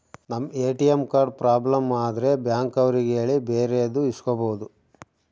ನಮ್ ATM card problem ಆದ್ರೆ bank ಅವ್ರಿಗೆ ಹೇಳಿ ಬೇರೆದು ಇಸ್ಕೊಬೋದು